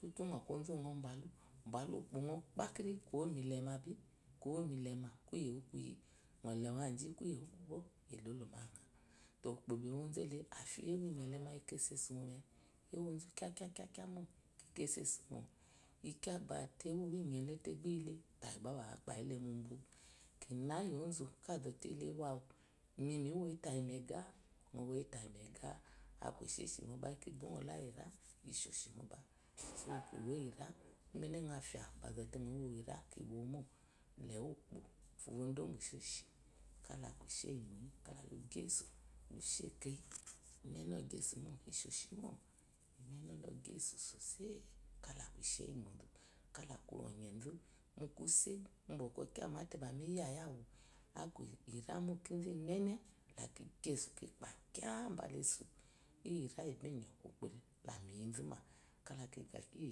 Túm túm yɔkui ozú úwú nɔ bwalu bwálu ukpo nɔ pá kiri loyo mile má biko womile ma kuyewu kuyi lowo milema nɔ leuezhi kuye wu ikugbo elolo máŋná utepó bó ko emozú elo ari iyi ewo inyele ika esosumome ewozu kaa kaá mo ike sesu mo ate ewo inyehe te bá iyile tayi bá wapáyile múbú kina iyi ozu ka zote ele ewoyi awú mi miwoyin ta yi maiga aku eshishine ba ika bomɔ la iyi iva eshe shi mobe umene aiya kizɔte nɔwowe iyirano ba le mu ukpó. le fuyu odo ubu eshe shi kalá lú gyesu lushe keyi imeme iqesúmo iseshmo imene lo qyebu sosai tea lo. she kala ku oyezu mu kuse ubá bɔ kɔ́ kama te bɔkɔ́ kyamate bóko m yayi awu kipáá balá esu kyamate bɔko mi yayi awú laki pa káá balá zysu iyira iyibi iyɔ́ ukpo la amiyizumé kala ki ayagi iyi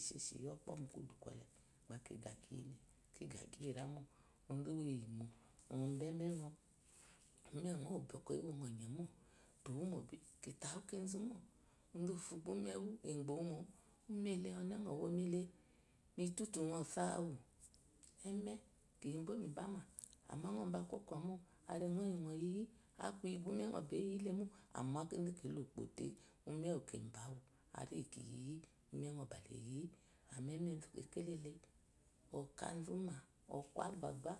esheshi iyi ɔpɔɔ mu kudúkwole bá kiyyagi le la kigagi iyi ramo ozu úwú inyi igyi nɔba zmenche ewoyo oyemo kitawu kezu mo ozuwufo ba úmewe ebowu mo ɔne ŋɔ womile ɔne mi tutunŋ bawu eme kiyebo mibama amma kiba kwokwo mo ariaŋ iyi ŋɔ yiyi ume no eyi tayi amma kizu ki le ukpo te hali iyi kiyiyi umens bá le yiyi tayi amma emezu kekélale ɔkázuma aku agagwa